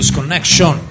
Connection